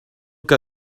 que